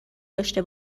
داشته